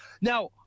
Now